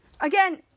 again